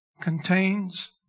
contains